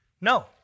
No